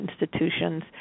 institutions